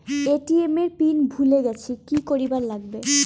ATM এর pin ভুলি গেলে কি করিবার লাগবে?